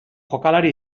jokalari